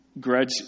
grudge